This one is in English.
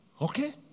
Okay